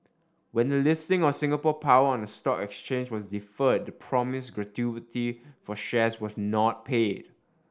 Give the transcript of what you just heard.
when the listing of Singapore Power on the stock exchange was deferred the promised gratuity for shares was not paid